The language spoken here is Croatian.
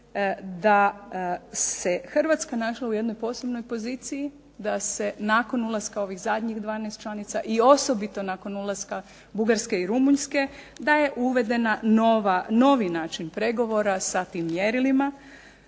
da se Hrvatska našla u jednoj posebnoj poziciji, da se nakon ulaska ovih zadnjih 12 članica i osobito nakon ulaska Bugarske i Rumunjske da je uvedena nova, novi način pregovora sa tim mjerilima